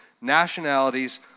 nationalities